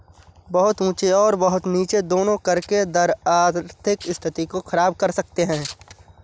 बहुत ऊँचे और बहुत नीचे दोनों कर के दर आर्थिक स्थिति को ख़राब कर सकते हैं